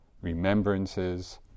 remembrances